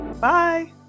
Bye